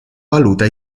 valuta